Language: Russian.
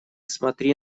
смотри